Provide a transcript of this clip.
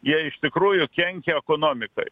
jie iš tikrųjų kenkia ekonomikai